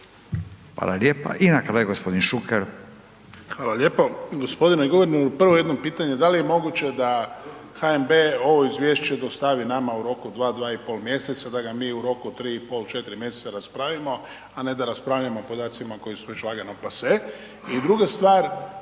Hvala lijepa. I na kraju gospodin Šuker. **Šuker, Ivan (HDZ)** Hvala lijepo. Gospodine guverneru prvo jedno pitanje da li je moguće da HNB ovo izvješće dostavi nama u roku od 2-2,5 mjeseca da ga mi u roku 3,5-4 mjeseca raspravimo, a ne da raspravljamo podacima koji su još lagano pase. I druga stvar